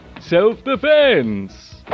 self-defense